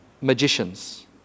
magicians